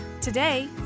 Today